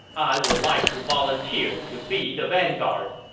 i would like to volunteer to be the vanguard.